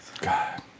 God